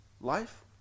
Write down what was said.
life